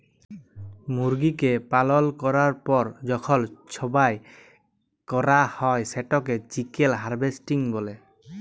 মুরগিকে পালল ক্যরার পর যখল জবাই ক্যরা হ্যয় সেটকে চিকেল হার্ভেস্টিং ব্যলে